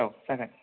औ जागोन